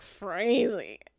crazy